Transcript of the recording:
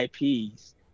IPs